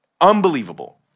unbelievable